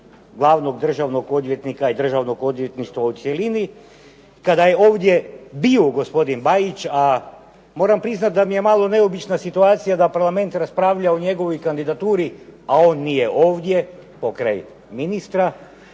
glavnog državnog odvjetnika i Državnog odvjetništva u cjelini, kada je ovdje bio gospodin Bajić a moram priznati da mi je malo neobična situacija da parlament raspravlja o njegovoj kandidaturi a on nije ovdje pokraj ministra,